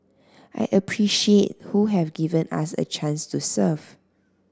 I appreciate who have given us a chance to serve